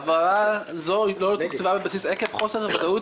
העברה זו לא תוקצבה בבסיס עקב חוסר הוודאות